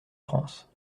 france